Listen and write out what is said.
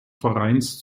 vereins